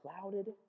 clouded